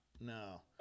no